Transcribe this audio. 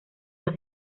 los